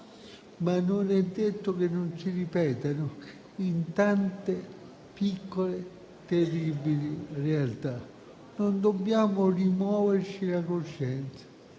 ma non è detto che non si ripetano in tante, piccole terribili realtà. Non dobbiamo rimuoverci la coscienza;